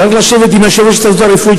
צריך לשבת עם יושב-ראש ההסתדרות הרפואית